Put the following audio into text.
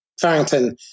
Farrington